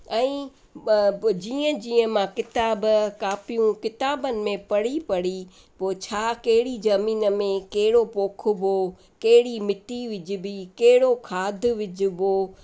ऐं जीअं जीअं मां किताब कापियूं किताबनि में पढ़ी पढ़ी पोइ छा कहिड़ी ज़मीन में कहिड़ो पोखिबो कहिड़ी मिटी विझबी कहिड़ो खाद विझिबो